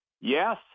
yes